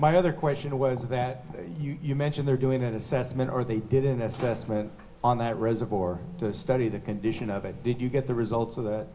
my other question was that you mentioned they're doing an assessment or they didn't that's vestment on that reservoir the study the condition of it did you get the results of that